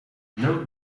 note